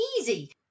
easy